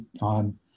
on